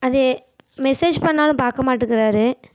அது மெசேஜ் பண்ணாலும் பார்க்க மாட்டுக்கிறார்